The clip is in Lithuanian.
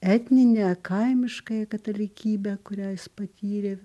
etninę kaimiškąją katalikybę kurią jis patyrė